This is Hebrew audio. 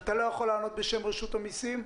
אתה לא יכול לענות בשם רשות המסים?